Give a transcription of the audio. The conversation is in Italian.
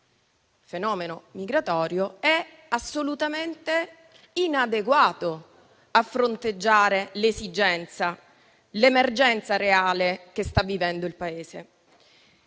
fenomeno migratorio, è assolutamente inadeguato a fronteggiare l'emergenza reale che sta vivendo il Paese.